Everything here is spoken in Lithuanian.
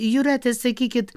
jūrate sakykit